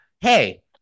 hey